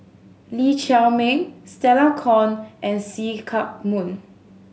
Lee Chiaw Meng Stella Kon and See Chak Mun